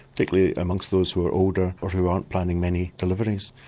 particularly among those who are older or who aren't planning many deliveries.